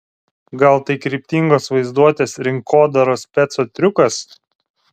gal tai kryptingos vaizduotės rinkodaros speco triukas